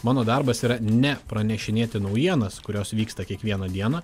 mano darbas yra ne pranešinėti naujienas kurios vyksta kiekvieną dieną